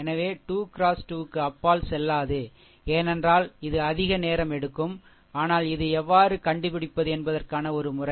எனவே 2 X 2 க்கு அப்பால் செல்லாது ஏனென்றால் இது அதிக நேரம் எடுக்கும் ஆனால் இது எவ்வாறு கண்டுபிடிப்பது என்பதற்கான ஒரு முறை